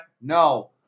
no